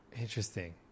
Interesting